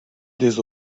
des